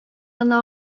гына